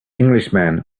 englishman